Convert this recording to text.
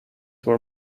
were